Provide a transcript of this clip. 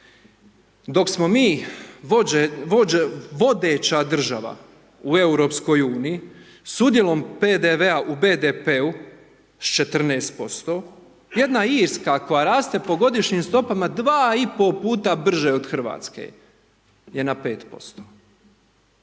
Dok smo mi vodeća država u EU s udjelom PDV-a u BDP-u s 14%, jedna Irska koja raste po godišnjim stopama dva i pol puta brže u RH, je na 5%,